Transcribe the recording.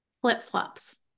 Flip-flops